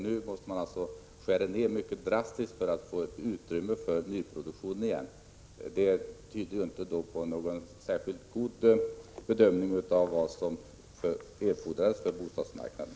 Nu måste man skära ned mycket drastiskt för att återigen få ett utrymme för nyproduktion. Det tyder inte på någon särskilt god bedömning av vad som erfordrats för bostadsmarknaden.